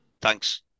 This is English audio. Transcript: Thanks